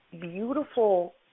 beautiful